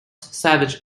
savage